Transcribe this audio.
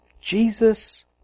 Jesus